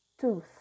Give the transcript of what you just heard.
tooth